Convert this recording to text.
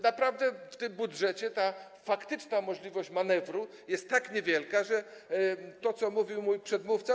Naprawdę w tym budżecie ta faktyczna możliwość manewru jest tak niewielka, że to, co mówił mój przedmówca.